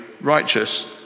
righteous